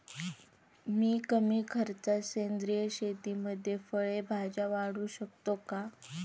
मी कमी खर्चात सेंद्रिय शेतीमध्ये फळे भाज्या वाढवू शकतो का?